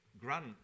grant